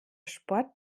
sport